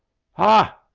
ha!